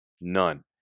none